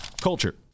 Culture